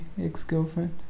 ex-girlfriend